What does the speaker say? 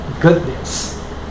goodness